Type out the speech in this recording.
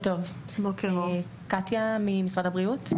אני ממשרד הבריאות.